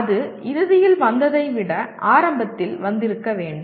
அது இறுதியில் வந்ததை விட ஆரம்பத்தில் வந்திருக்க வேண்டும்